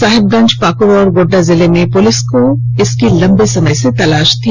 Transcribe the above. साहिबगंज पाकड और गोड्डा जिले की पुलिस को इसकी लंबे समय से तलाश थी